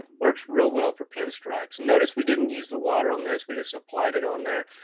works real well for pinstripes. notice we didn't use the water on this, we just applied it on there.